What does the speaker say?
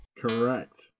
Correct